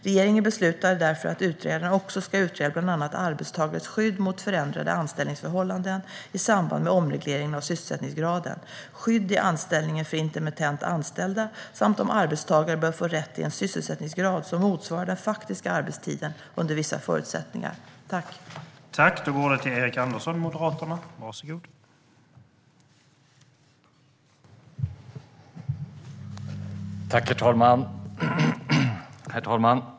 Regeringen beslutade därför att utredaren också ska utreda bland annat arbetstagares skydd mot förändrade anställningsförhållanden i samband med omreglering av sysselsättningsgraden, skydd i anställningen för intermittent anställda samt om arbetstagare bör få rätt till en sysselsättningsgrad som motsvarar den faktiska arbetstiden under vissa förutsättningar.